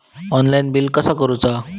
Online bill कसा करुचा?